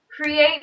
create